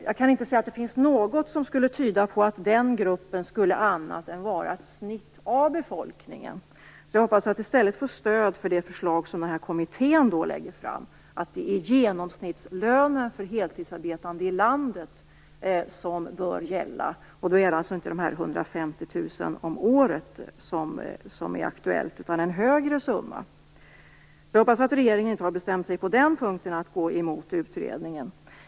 Jag kan inte se att det finns något som tyder på att den gruppen skulle vara något annat än ett snitt av befolkningen. Jag hoppas att kommitténs förslag får ett stöd. Det är alltså genomsnittslönen för heltidsarbetande i landet som bör gälla. 150 000 om året är alltså inte aktuellt, utan summan blir högre. Jag hoppas att regeringen inte har bestämt sig för att gå emot utredningen på den punkten.